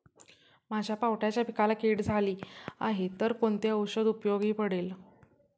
माझ्या पावट्याच्या पिकाला कीड झाली आहे तर कोणते औषध उपयोगी पडेल?